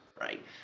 right